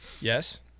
yes